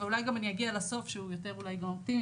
ואולי גם אני אגיע לסוף, שהוא יותר אולי מהותי.